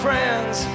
friends